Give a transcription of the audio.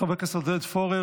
חבר הכנסת ווליד טאהא,